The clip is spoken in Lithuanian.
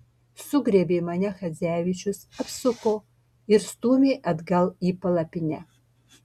sugriebė mane chadzevičius apsuko ir stūmė atgal į palapinę